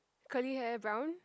curly hair brown